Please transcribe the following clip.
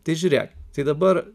tai žiūrėk tai dabar